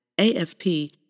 AFP